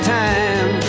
time